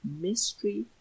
mystery